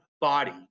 body